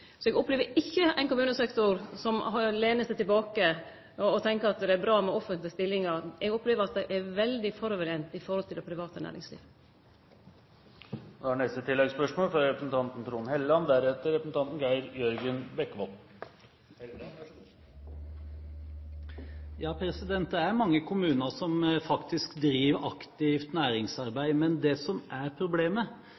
Så eg opplever ikkje ein kommunesektor som lener seg tilbake og tenkjer at det er bra med offentlege stillingar. Eg opplever at dei er veldig framoverlente når det gjeld det private næringslivet. Trond Helleland – til oppfølgingsspørsmål. Det er mange kommuner som faktisk driver aktivt næringsarbeid. Men det som er